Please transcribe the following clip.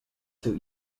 suit